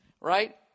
right